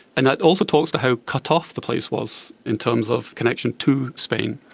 and that also talks to how cut off the place was in terms of connection to spain.